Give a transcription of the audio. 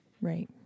Right